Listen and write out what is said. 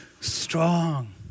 strong